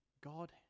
God